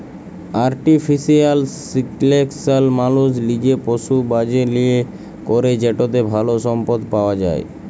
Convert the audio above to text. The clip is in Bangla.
আর্টিফিশিয়াল সিলেকশল মালুস লিজে পশু বাছে লিয়ে ক্যরে যেটতে ভাল সম্পদ পাউয়া যায়